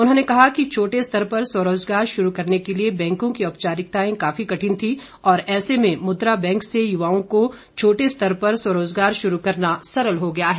उन्होंने कहा कि छोटे स्तर पर स्वरोजगार शुरू करने के लिए बैंकों की औपचारिकताएं काफी कठिन थी और ऐसे में मुद्रा बैंक से युवाओं को छोटे स्तर पर स्वरोजगार शुरू करना सरल हो गया है